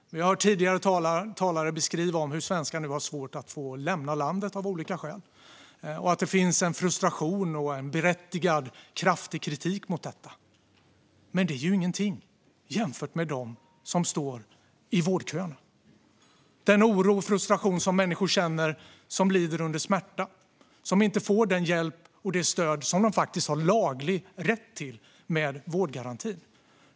Vi har hört tidigare talare beskriva hur svenskar nu har svårt att få lämna landet av olika skäl och att det finns en frustration och en berättigad kraftig kritik mot detta. Men det är ingenting jämfört med situationen för dem som står i vårdköerna. Människor som lider under smärta känner oro och frustration när de inte får den hjälp och det stöd som de faktiskt har laglig rätt till enligt vårdgarantin.